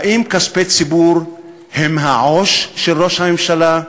האם כספי ציבור הם העו"ש של ראש הממשלה?